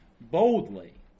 boldly